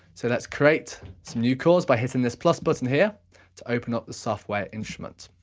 so let's create some new chords by hitting this plus button here to open up the software instrument.